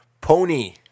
Pony